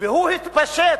והוא "התפשט",